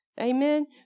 Amen